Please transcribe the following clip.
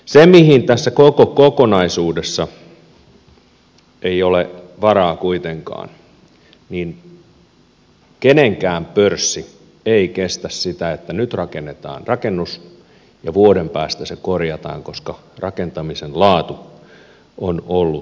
siihen tässä koko kokonaisuudessa ei ole varaa kuitenkaan kenenkään pörssi ei kestä sitä että nyt rakennetaan rakennus ja vuoden päästä se korjataan koska rakentamisen laatu on ollut huonoa